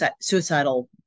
suicidal